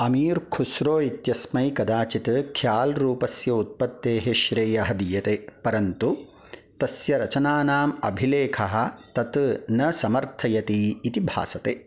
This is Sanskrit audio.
अमीर् खुस्रो इत्यस्मै कदाचित् ख्याल् रूपस्य उत्पत्तेः श्रेयः दीयते परन्तु तस्य रचनानाम् अभिलेखः तत् न समर्थयति इति भासते